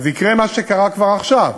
אז יקרה מה שקרה כבר עכשיו: